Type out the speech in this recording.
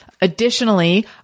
Additionally